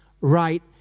right